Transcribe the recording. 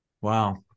Wow